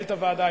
למנהלת הוועדה,